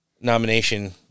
nomination